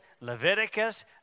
Leviticus